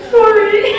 Sorry